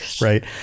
right